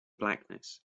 blackness